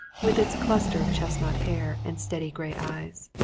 with its cluster of chestnut hair and steady grey eyes.